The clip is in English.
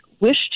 wish